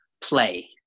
play